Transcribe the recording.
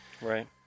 Right